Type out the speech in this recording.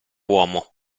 uomo